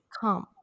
Come